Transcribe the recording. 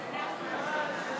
בסמים ובאלכוהול (תיקון),